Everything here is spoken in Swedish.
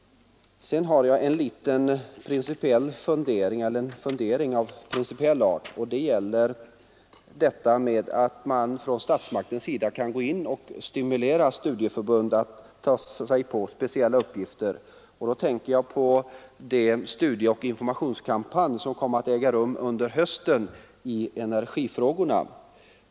Sedan en fundering av principiell art. Den gäller det förhållandet att man från statsmaktens sida kan stimulera studieförbund att ta på sig speciella uppgifter. Jag tänker då på den studieoch informationskampanj i energifrågorna som kom att äga rum under hösten.